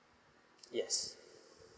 yes